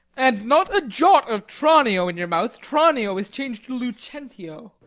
and not a jot of tranio in your mouth tranio is changed to lucentio.